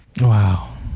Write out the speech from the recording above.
wow